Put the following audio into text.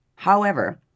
however,